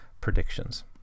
predictions